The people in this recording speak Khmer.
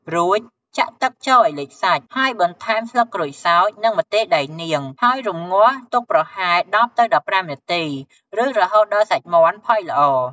រួចចាក់ទឹកចូលឱ្យលិចសាច់ ហើយបន្ថែមស្លឹកក្រូចសើច និងម្ទេសដៃនាង ហើយរម្ងាស់ទុកប្រហែល ១០ទៅ១៥ នាទី ឬរហូតដល់សាច់មាន់ផុយល្អ។